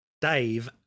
Dave